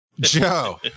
Joe